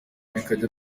bikaba